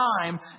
time